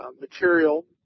material